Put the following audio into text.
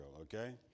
okay